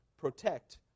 protect